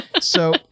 So-